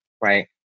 right